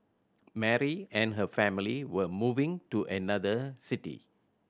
Mary and her family were moving to another city